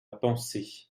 pensée